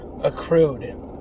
accrued